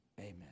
Amen